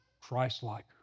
Christ-like